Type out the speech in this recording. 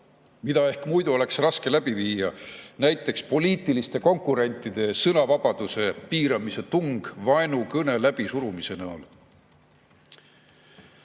mida ehk muidu oleks raske läbi viia, näiteks poliitiliste konkurentide sõnavabaduse piiramise tung vaenukõne [eelnõu] läbisurumise näol.